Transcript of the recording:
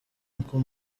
uncle